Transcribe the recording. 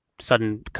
sudden